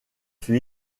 fut